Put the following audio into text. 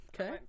Okay